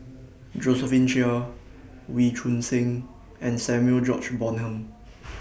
Josephine Chia Wee Choon Seng and Samuel George Bonham